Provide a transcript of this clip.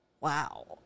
Wow